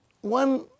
one